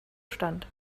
stand